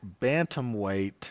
bantamweight